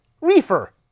Reefer